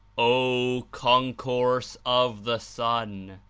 o concourse of the son!